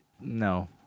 No